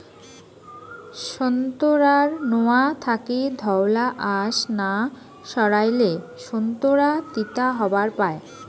সোন্তোরার নোয়া থাকি ধওলা আশ না সারাইলে সোন্তোরা তিতা হবার পায়